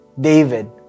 David